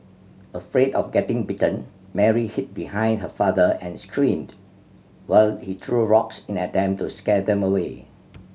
afraid of getting bitten Mary hid behind her father and screamed while he threw rocks in an attempt to scare them away